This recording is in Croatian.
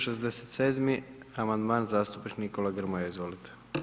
267. amandman zastupnik Nikola Grmoja, izvolite.